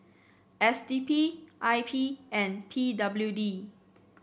S D P I P and P W D